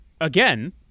again